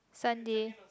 Sunday